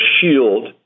shield